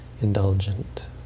indulgent